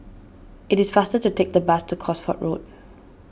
it is faster to take the bus to Cosford Road